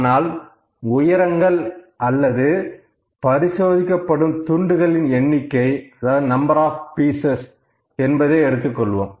ஆனால் உயரங்கள் அல்லது பரிசோதிக்கப்படும் துண்டுகளின் எண்ணிக்கை நம்பர் ஆப் பீஸ்சஸ் என்பதை எடுத்துக் கொள்வோம்